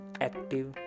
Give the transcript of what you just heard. active